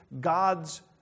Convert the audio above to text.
God's